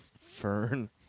Fern